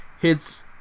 hits